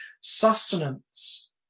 sustenance